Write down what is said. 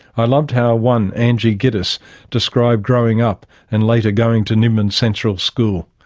i loved how one angie gittus described growing up and later going to nimbin central school.